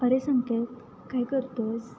अरे संकेत काय करतोस